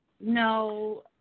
No